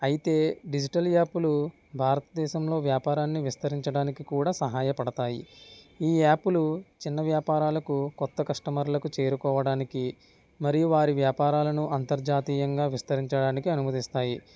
అయితే డిజిటల్ యాప్లు భారతదేశంలో వ్యాపారాన్ని విస్తరించడానికి కూడా సహాయపడతాయి ఈ యాప్లు చిన్న వ్యాపారాలకు కొత్త కస్టమర్లకు చేరుకోవడానికి మరియు వారి వ్యాపారాలను అంతర్జాతీయంగా విస్తరించడానికి అనుమతిస్తాయి